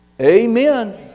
Amen